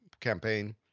campaign